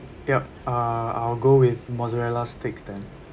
yup uh I will go with mozzarella sticks then